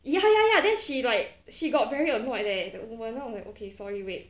ya ya ya then she like she got very annoyed leh the woman okay sorry wait